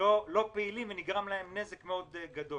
לא פעילים ונגרם להם נזק גדול מאוד.